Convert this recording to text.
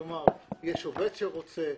כלומר, יש עובד שרוצה,